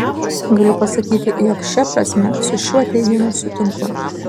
galiu pasakyti jog šia prasme su šiuo teiginiu sutinku